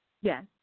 Yes